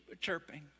chirping